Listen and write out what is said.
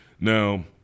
Now